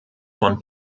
von